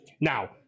Now